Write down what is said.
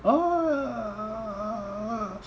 oh